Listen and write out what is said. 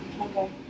Okay